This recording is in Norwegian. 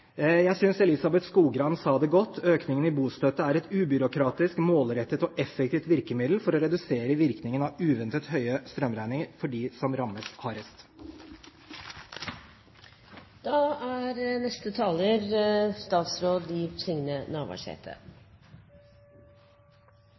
Jeg synes Elizabeth Skogrand sa det godt – bostøtte er et treffsikkert, ubyråkratisk og målrettet tiltak for dem som trenger det mest. Økningen i bostøtte er et effektivt virkemiddel for å redusere virkningen av uventet høye strømregninger for dem som rammes